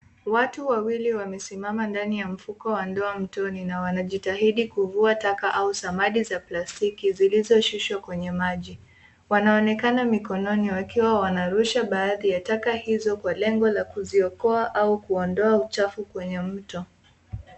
Watu wawili wamesimama ndani ya mfuko wa ndoa mtoni na wanajitahidi kuvua taka au samadi za plastiki zilizoshushwa kwenye maji. Wanaonekana mikononi wakiwa wanarusha baadhi ya taka hizo kwa lengo la kuziokoa au kuondoa uchafu kwenye mto.